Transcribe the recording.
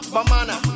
Bamana